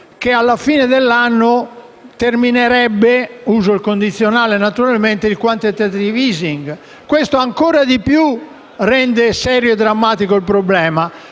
quale alla fine dell’anno terminerebbe - uso il condizionale, naturalmente - il quantitative easing. Questo rende ancor più serio e drammatico il problema,